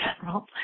general